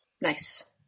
Nice